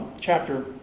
chapter